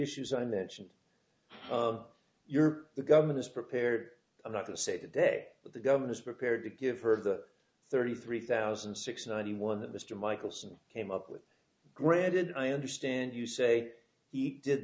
issues i mentioned you're the government is prepared not to say today that the government is prepared to give her the thirty three thousand and six ninety one that mr michelson came up with granted i understand you say he did